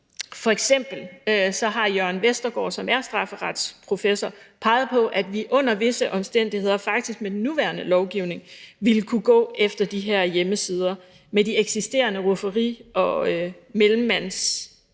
F.eks. har Jørn Vestergaard, som er strafferetsprofessor, peget på, at vi under visse omstændigheder faktisk med den nuværende lovgivning ville kunne gå efter de her hjemmesider, med de eksisterende rufferi- og